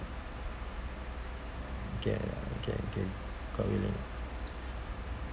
okay lah okay okay got worry